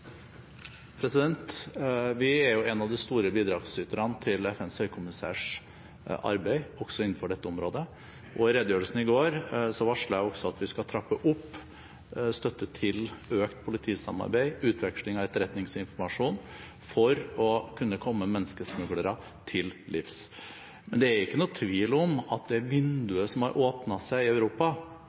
Vi er en av de store bidragsyterne til FNs høykommissærs arbeid også innenfor dette området. I redegjørelsen i går varslet jeg også at vi skal trappe opp støtten til økt politisamarbeid og utveksling av etterretningsinformasjon for å kunne komme menneskesmuglere til livs. Men det er ikke noen tvil om at det vinduet som har åpnet seg i Europa